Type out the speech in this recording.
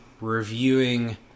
reviewing